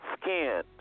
skin